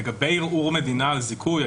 לגבי ערעור מדינה על זיכוי,